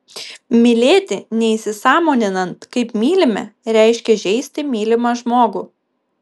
mylėti neįsisąmoninant kaip mylime reiškia žeisti mylimą žmogų